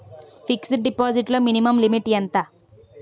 Fixed deposit లో minimum limit ఎంత?